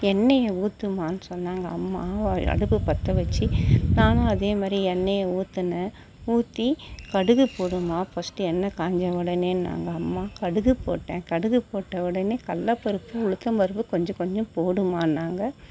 எண்ணெயை ஊத்துமான்னு சொன்னாங்க அம்மா அடுப்பை பற்ற வச்சு நானும் அதேமாதிரி எண்ணெயை ஊற்றின ஊத்தி கடுகு போடுமா ஃபஸ்ட்டு எண்ணை காய்ஞ்ச உடனேன்னாங்க அம்மா கடுகு போட்டேன் கடுகு போட்ட உடனே கடல பருப்பு உளுத்தம் பருப்பு கொஞ்சம் கொஞ்சம் போடுமான்னாங்க